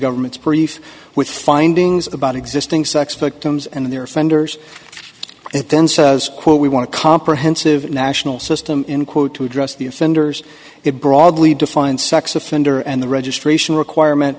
government's brief with findings about existing sex victims and their offenders it then says quote we want a comprehensive national system in quote to address the offenders get broadly defined sex offender and the registration requirement